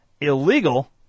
illegal